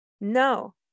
no